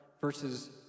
versus